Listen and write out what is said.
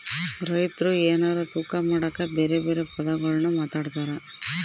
ರೈತ್ರು ಎನಾರ ತೂಕ ಮಾಡಕ ಬೆರೆ ಬೆರೆ ಪದಗುಳ್ನ ಮಾತಾಡ್ತಾರಾ